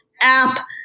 app